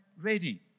ready